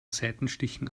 seitenstichen